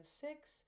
six